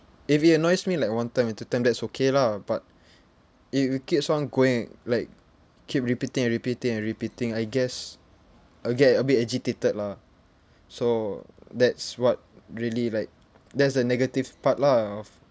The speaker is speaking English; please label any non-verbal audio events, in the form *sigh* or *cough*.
if it annoys me like one time or two time that's okay lah but *noise* if it keeps on going like keep repeating and repeating and repeating I guess I get a bit agitated lah so that's what really like that's the negative part lah of